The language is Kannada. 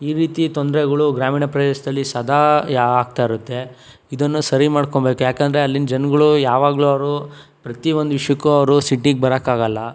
ಈ ರೀತಿ ತೊಂದರೆಗಳು ಗ್ರಾಮೀಣ ಪ್ರದೇಶದಲ್ಲಿ ಸದಾ ಯಾ ಆಗ್ತಾ ಇರುತ್ತೆ ಇದನ್ನು ಸರಿ ಮಾಡ್ಕೊಬೇಕು ಯಾಕೆಂದರೆ ಅಲ್ಲಿನ ಜನಗಳು ಯಾವಾಗಲೂ ಅವರು ಪ್ರತಿಯೊಂದು ವಿಷಯಕ್ಕೂ ಅವರು ಸಿಟಿಗೆ ಬರಕ್ಕಾಗಲ್ಲ